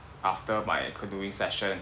after my canoeing session